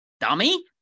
dummy